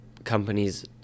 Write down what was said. Companies